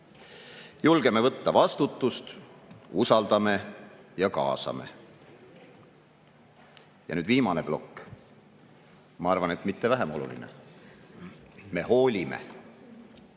Julgeme võtta vastutust, usaldame ja kaasame. Ja nüüd viimane plokk, ma arvan, et mitte vähem oluline. Me hoolime.